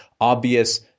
obvious